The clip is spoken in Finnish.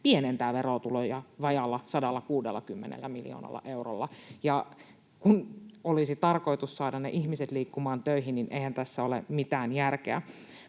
pienentää verotuloja vajaalla 160 miljoonalla eurolla. Kun olisi tarkoitus saada ne ihmiset liikkumaan töihin, niin eihän tässä ole mitään järkeä.